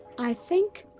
i think.